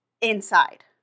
inside